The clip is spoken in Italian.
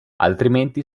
altrimenti